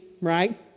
right